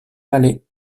mallet